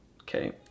okay